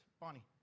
Bonnie